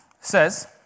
says